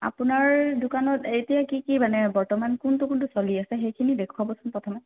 আপোনাৰ দোকানত এতিয়া কি কি মানে বৰ্তমান কোনটো কোনটো চলি আছে সেইখিনি দেখুৱাবচোন প্ৰথমে